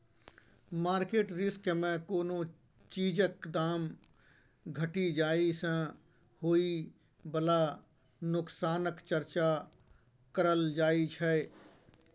market risk मे कोनो चीजक दाम घटि जाइ सँ होइ बला नोकसानक चर्चा करल जाइ छै